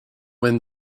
when